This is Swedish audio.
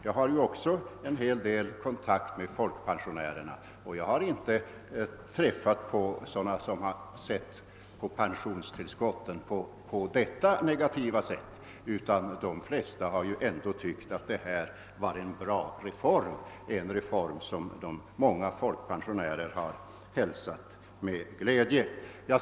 Jag har också en hel del kontakt med folkpensionärerna, och jag har inte träffat någon som sett på pensionstillskotten på detta negativa sätt, utan de flesta har ändå tyckt att detta är en bra reform, en reform som många folkpensionärer hälsar med glädje.